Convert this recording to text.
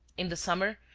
in the summer,